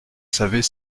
savez